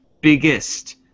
biggest